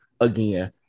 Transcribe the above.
again